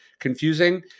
Confusing